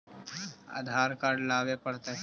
आधार card लाबे पड़तै?